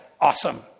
awesome